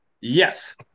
yes